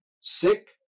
sick